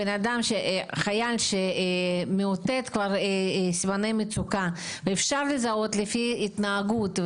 חייל שמאותת סימני מצוקה ואפשר לזהות לפי התנהגות,